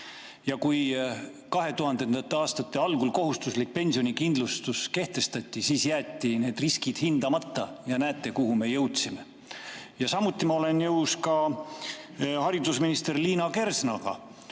Kui 2000. aastate algul kohustuslik pensionikindlustus kehtestati, siis jäeti need riskid hindamata ja näete, kuhu me oleme jõudnud. Samuti olen nõus haridusminister Liina Kersnaga,